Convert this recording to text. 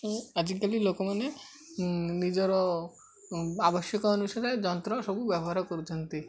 ଆଜିକାଲି ଲୋକମାନେ ନିଜର ଆବଶ୍ୟକ ଅନୁସାରରେ ଯନ୍ତ୍ର ସବୁ ବ୍ୟବହାର କରୁଛନ୍ତି